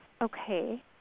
Okay